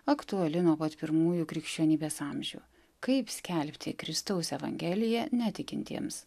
aktuali nuo pat pirmųjų krikščionybės amžių kaip skelbti kristaus evangeliją netikintiems